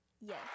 Yes